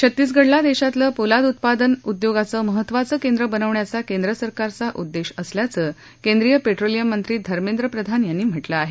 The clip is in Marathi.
छत्तीसगडला देशातलं पोलाद उत्पादन उद्योगांचं महत्त्वाचे केंद्र बनवण्याचा केंद्र सरकारचा उद्देश आहे असं केंद्रीय पेट्रोलियम मंत्री धर्मेंद्र प्रधान यांनी म्हटलं आहे